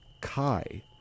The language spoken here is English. kai